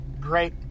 great